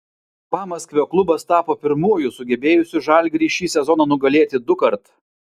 pamaskvio klubas tapo pirmuoju sugebėjusiu žalgirį šį sezoną nugalėti dukart